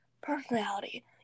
personality